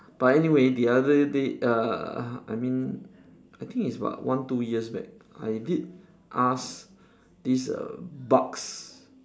but anyway the other day uh I mean I think it's but one two years back I did ask this err bucks